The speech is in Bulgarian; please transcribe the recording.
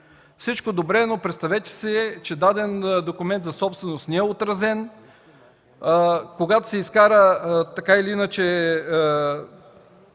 Всичко е добре, но представете си, че даден документ за собственост не е отразен. Когато се изкара тази справка,